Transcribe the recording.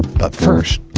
but first,